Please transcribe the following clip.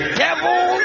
devil